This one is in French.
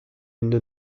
une